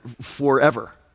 forever